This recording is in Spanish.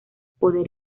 poder